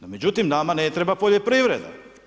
No međutim, nama ne treba poljoprivreda.